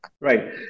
Right